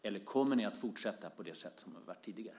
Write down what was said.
Eller kommer ni att fortsätta på det sätt som det har varit tidigare?